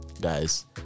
Guys